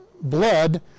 blood